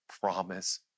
promise